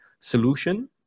solution